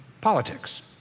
politics